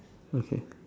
ya